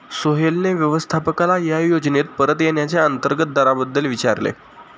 सोहेलने व्यवस्थापकाला या योजनेत परत येण्याच्या अंतर्गत दराबद्दल विचारले